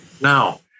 Now